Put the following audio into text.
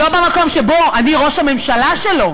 לא במקום שאני ראש הממשלה שלו.